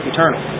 Eternal